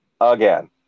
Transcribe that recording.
again